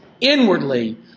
inwardly